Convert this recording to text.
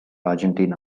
argentine